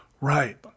Right